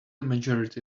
majority